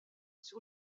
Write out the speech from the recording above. sur